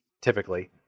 typically